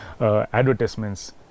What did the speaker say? advertisements